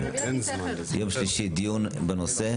ביום שלישי דיון בנושא,